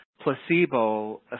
placebo